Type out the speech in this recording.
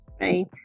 Right